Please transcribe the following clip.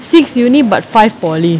six university but five polytechnic